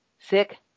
sick